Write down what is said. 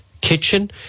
kitchen